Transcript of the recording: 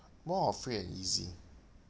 more of free and easy